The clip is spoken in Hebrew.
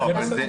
זה בסדר.